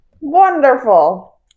Wonderful